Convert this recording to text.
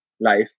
life